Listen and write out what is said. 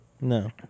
No